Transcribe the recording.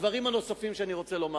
הדברים הנוספים שאני רוצה לומר,